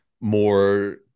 more